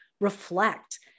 reflect